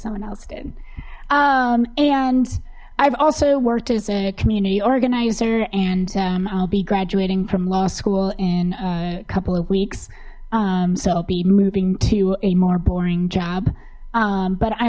someone else did and i've also worked as a community organizer and i'll be graduating from law school in a couple of weeks so i'll be moving to a more boring job but i